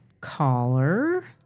caller